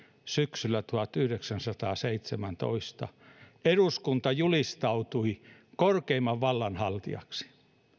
syksyllä tuhatyhdeksänsataaseitsemäntoista eduskunta julistautui korkeimman vallan haltijaksi